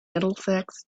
middlesex